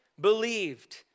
believed